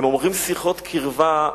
הם אומרים "שיחות קרבה",